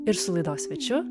ir su laidos svečiu